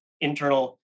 internal